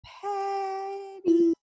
petty